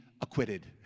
acquitted